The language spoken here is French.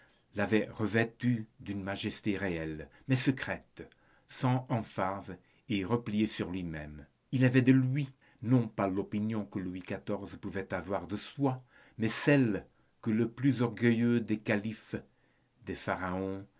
l'avait revêtu d'une majesté réelle mais secrète sans emphase et repliée sur lui-même il avait de lui non pas l'opinion que louis xiv pouvait avoir de soi mais celle que les plus orgueilleux des kalifes des pharaons